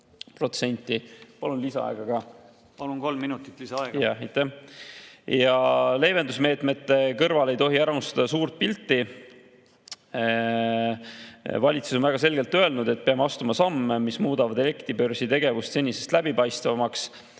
Leevendusmeetmete kõrval ei tohi ära unustada suurt pilti. Valitsus on väga selgelt öelnud, et peame astuma samme, mis muudavad elektribörsi tegevuse senisest läbipaistvamaks